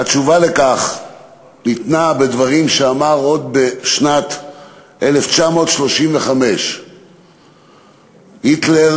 התשובה לכך ניתנה בדברים שהיטלר אמר עוד בשנת 1935. היטלר